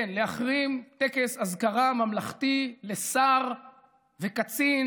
כן, להחרים, את טקס האזכרה הממלכתי לשר וקצין,